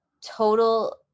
total